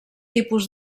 tipus